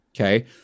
Okay